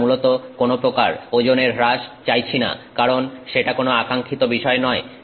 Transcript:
আমরা মূলত কোন প্রকার ওজনের হ্রাস চাইছি না কারণ সেটা কোন আকাঙ্খিত বিষয় নয়